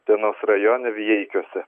utenos rajone vijeikiuose